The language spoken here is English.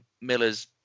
Miller's